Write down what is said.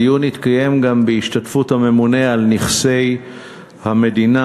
הדיון התקיים גם בהשתתפות הממונה על נכסי המדינה,